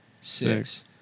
six